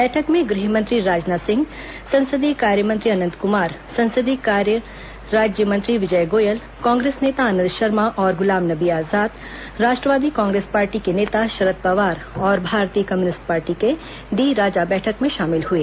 बैठक में गृहमंत्री राजनाथ सिंह संसदीय कार्यमंत्री अनंत कुमार संसदीय कार्य राज्य मंत्री विजय गोयल कांग्रेस नेता आनंद शर्मा और गुलाम नबी आजाद राष्ट्रवादी कांग्रेस पार्टी के नेता शरद पवार और भारतीय डी राजा बैठक में शामिल हुए